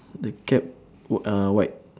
the cap w~ uh white